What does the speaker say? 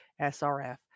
SRF